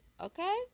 okay